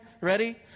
Ready